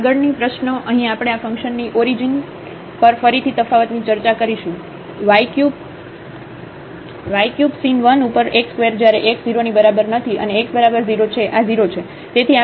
આગળની પ્રશ્નો અહીં આપણે આ ફંક્શનની ઓરીજીન પર ફરીથી તફાવતની ચર્ચા કરીશું y ³ sin 1 ઉપર x ² જ્યારે x 0 ની બરાબર નથી અને x બરાબર 0 છે આ 0 છે